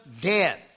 dead